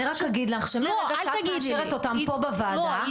אני רק אגיד לך שמרגע שאת מאשרת אותם פה בוועדה --- לא,